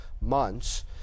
months